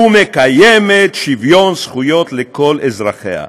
"ומקיימת שוויון זכויות לכל אזרחיה".